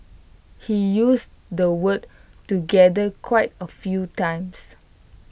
he used the word together quite A few times